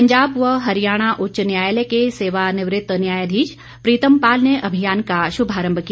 पंजाब व हरियाणा उच्च न्यायालय के सेवानिवृत्त न्यायाधीश प्रीतम पाल ने अभियान का श्रभारंभ किया